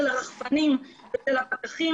שלמדתי מאסטוניה.